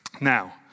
Now